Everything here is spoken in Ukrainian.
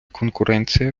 конкуренція